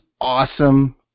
awesome